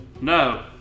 No